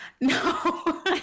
No